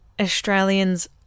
Australians